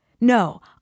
No